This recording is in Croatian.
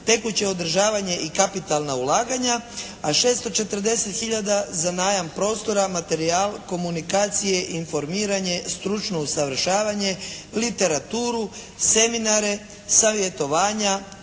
tekuće održavanje i kapitalna ulaganja, a 640 hiljada za najam prostora, materijal, komunikacije, informiranje, stručno usavršavanje, literaturu, seminare, savjetovanja,